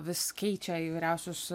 vis keičia įvairiausius